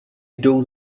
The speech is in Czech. jdou